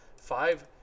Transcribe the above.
five